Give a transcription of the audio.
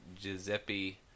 Giuseppe